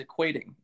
equating